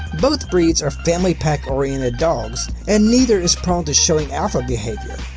both breeds are family-pack oriented dogs and neither is prone to showing alpha behavior,